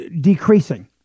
decreasing